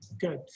Good